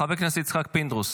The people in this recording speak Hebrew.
חבר הכנסת יצחק פינדרוס,